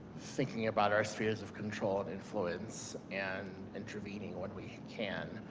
thinking about our series of control and influence and intervening when we can.